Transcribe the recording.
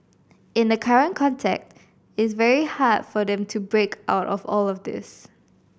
in the current context it's very hard for them to break out of all this